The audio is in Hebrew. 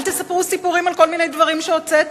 אל תספרו סיפורים על כל מיני דברים שהוצאתם.